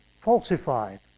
falsified